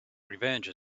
revenge